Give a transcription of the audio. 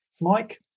Mike